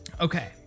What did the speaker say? okay